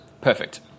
perfect